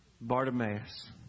Bartimaeus